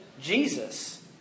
Jesus